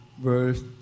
Verse